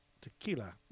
Tequila